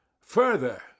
Further